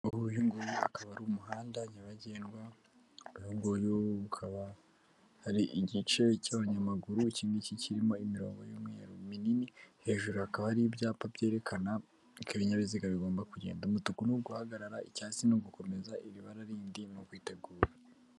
Ubu uyu nguyu akaba ari umuhanda nyabagendwa, uyu nguyu ukaba ari igice cy'abanyamaguru, iki ngiki kirimo imirongo y'umweru minini. Hejuru hakaba ari ibyapa byerekana ibinyabiziga bigomba kugenda, umutuku n'uguhagarara, icyatsi n'ugukomeza, iri barara rindi n'ukwitegura.